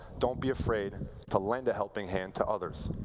don't be afraid and to lend a helping hand to others.